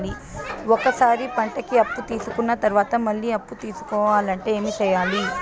ఒక సారి పంటకి అప్పు తీసుకున్న తర్వాత మళ్ళీ అప్పు తీసుకోవాలంటే ఏమి చేయాలి?